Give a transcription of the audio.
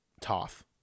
Toth